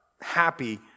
happy